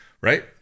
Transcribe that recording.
right